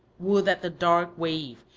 would that the dark wave,